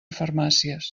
farmàcies